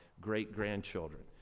great-grandchildren